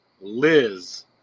Liz